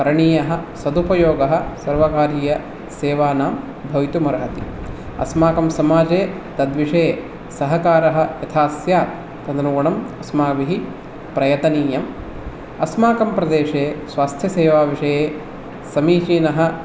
करणीयः सदुपयोगः सर्वकारीयसेवानां भवितुम् अर्हति अस्माकं समाजे तद्विषये सहकारः यथा स्यात् तदनुगुणम् अस्माभिः प्रयतनीयम् अस्माकं प्रदेशे स्वास्थ्यसेवाविषये समीचीनः